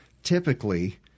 Typically